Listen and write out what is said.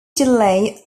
delay